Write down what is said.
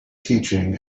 teaching